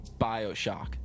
Bioshock